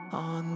on